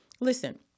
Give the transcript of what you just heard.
Listen